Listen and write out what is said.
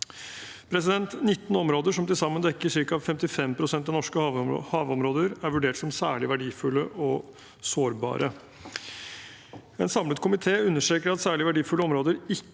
19 områder som til sammen dekker ca. 55 pst. av norske havområder er vurdert som særlig verdifulle og sårbare. En samlet komité understreker at særlig verdi